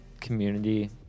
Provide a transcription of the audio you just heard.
community